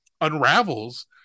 unravels